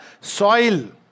soil